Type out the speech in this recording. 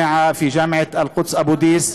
באוניברסיטת אל-קודס באבו דיס,